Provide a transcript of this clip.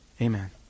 Amen